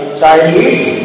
Chinese